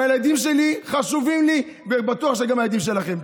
הילדים שלי חשובים לי, ובטוח שגם הילדים שלכם.